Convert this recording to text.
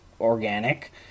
organic